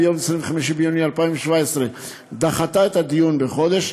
חקיקה, ביום 25 ביוני 2017, דחתה את הדיון בחודש.